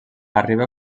arriba